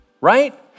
right